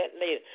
later